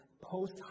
post